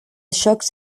xocs